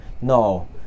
No